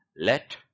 let